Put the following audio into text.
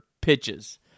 pitches